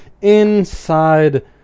Inside